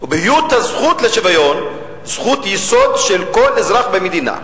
ובהיותה של הזכות לשוויון זכות יסוד של כל אזרח במדינה.